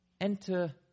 Enter